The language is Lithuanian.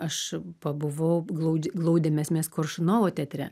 aš pabuvau glaudž glaudėmės mes koršunovo teatre